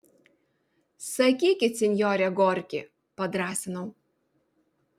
sakykit sinjore gorki padrąsinau